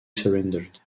surrendered